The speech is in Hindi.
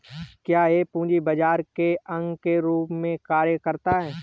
क्या यह पूंजी बाजार के अंग के रूप में कार्य करता है?